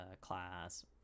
class